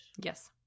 yes